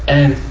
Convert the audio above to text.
and